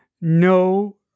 no